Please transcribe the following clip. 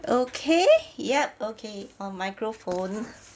okay yup okay on microphone